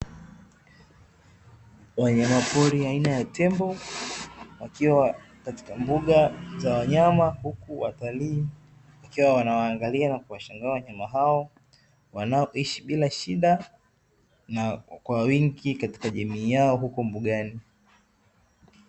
Wanyama pori aina ya tembo wakiwa katika mbuga za wanyama, huku watalii wakiwa wana waangalia na kuwashangaa wanyama hao wanaoishi bila shida na kwa wingi katika jamii yao huko mbugani.